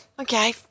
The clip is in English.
okay